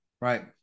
Right